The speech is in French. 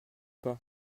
pas